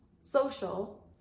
social